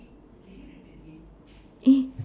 eh